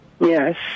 Yes